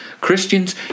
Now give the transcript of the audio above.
Christians